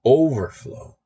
overflow